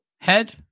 head